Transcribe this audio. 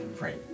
Right